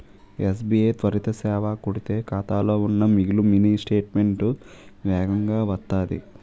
SBI త్వరిత సేవ కొడితే ఖాతాలో ఉన్న మిగులు మినీ స్టేట్మెంటు వేగంగా వత్తాది